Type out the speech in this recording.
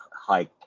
high